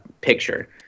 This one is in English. picture